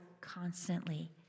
constantly